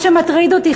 מה שמטריד אותי,